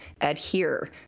adhere